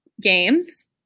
games